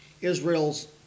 Israel's